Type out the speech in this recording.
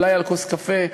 אולי על כוס קפה,